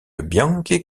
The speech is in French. bianchi